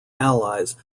allies